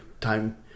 time